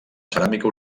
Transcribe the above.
ceràmica